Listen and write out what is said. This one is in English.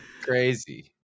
crazy